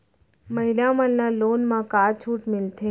महिला मन ला लोन मा का छूट मिलथे?